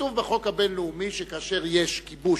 כתוב בחוק הבין-לאומי שכאשר יש כיבוש,